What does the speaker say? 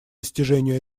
достижению